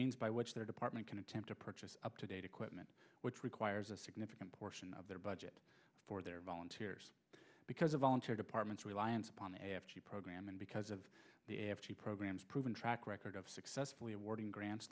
means by which their department can attempt to purchase up to date equipment which requires a significant portion of their budget for their volunteers because of volunteer departments reliance upon the program and because of the program's proven track record of successfully awarding grants